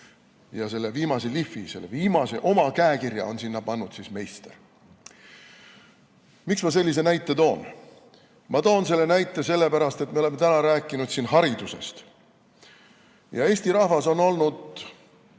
Selle viimase lihvi, oma käekirja on sinna pannud meister. Miks ma sellise näite toon? Ma toon selle näite sellepärast, et me oleme täna rääkinud siin haridusest. Eesti rahvas on olnud,